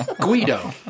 Guido